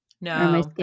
No